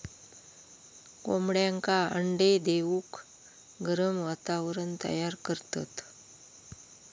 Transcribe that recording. कोंबड्यांका अंडे देऊक गरम वातावरण तयार करतत